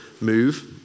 move